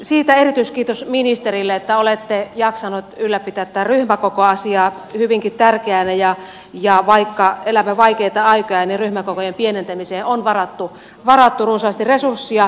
siitä erityiskiitos ministerille että olette jaksanut ylläpitää tätä ryhmäkokoasiaa hyvinkin tärkeänä ja vaikka elämme vaikeita aikoja ryhmäkokojen pienentämiseen on varattu runsaasti resursseja